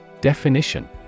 Definition